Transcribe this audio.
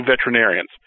Veterinarians